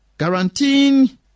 Guaranteeing